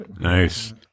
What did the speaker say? Nice